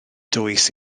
dois